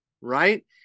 right